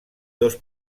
dos